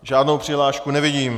Žádnou přihlášku nevidím.